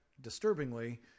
disturbingly